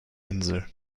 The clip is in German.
insel